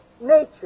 nature